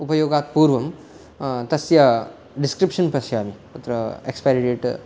उपयोगात् पूर्वं तस्य डिस्क्रिप्शन् पश्यामि तत्र एक्सपैरि डेट्